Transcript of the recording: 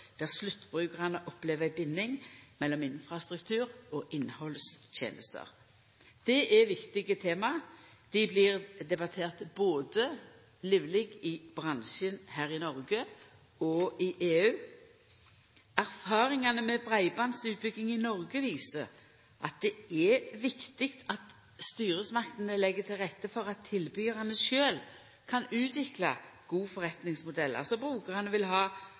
der sluttbrukarane opplever ei binding mellom infrastruktur og innhaldstenester. Dette er viktige tema, dei blir debatterte livleg både i bransjen her i Noreg og i EU. Erfaringane med breibandsutbygging i Noreg viser at det er viktig at styresmaktene legg til rette for at tilbydarane sjølve kan utvikla gode forretningsmodellar som brukarane vil ha,